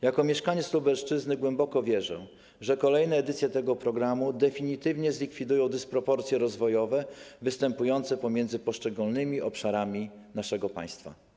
Jako mieszkaniec Lubelszczyzny głęboko wierzę, że kolejne edycje tego programu definitywnie zlikwidują dysproporcje rozwojowe występujące pomiędzy poszczególnymi obszarami naszego państwa.